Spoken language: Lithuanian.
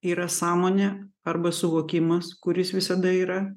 yra sąmonė arba suvokimas kuris visada yra